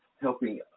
helping